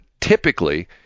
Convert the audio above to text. Typically